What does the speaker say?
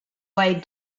wide